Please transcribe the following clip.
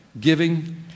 Giving